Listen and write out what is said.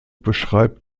beschreibt